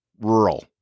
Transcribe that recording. rural